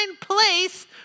place